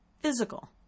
physical